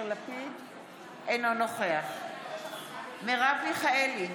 אינו נוכח מרב מיכאלי,